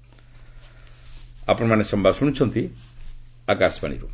centre UTS